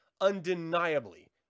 undeniably